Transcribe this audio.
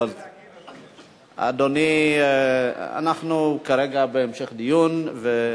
אני רוצה להגיב על, אדוני, אנחנו כרגע בהמשך דיון.